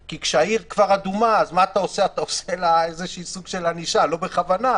כי כשהעיר כבר אדומה אתה עושה לה סוג של ענישה לא בכוונה,